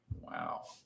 Wow